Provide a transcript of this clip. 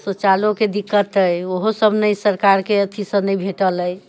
शौचालयोके दिक्कत अइ ओहो सब नहि सरकारके अथीसँ नहि भेटल अइ